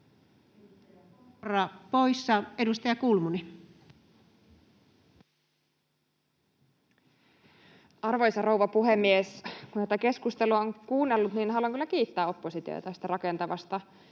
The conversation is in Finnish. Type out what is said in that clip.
14:35 Content: Arvoisa rouva puhemies! Kun tätä keskustelua on kuunnellut, niin haluan kyllä kiittää oppositiota tästä rakentavasta